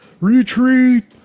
retreat